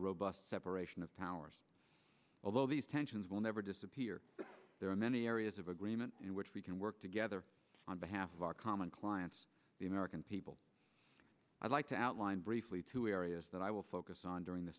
robust separation of powers although these tensions will never disappear there are many areas of agreement in which we can work together on behalf of our common clients the american people i'd like to outline briefly two areas that i will focus on during the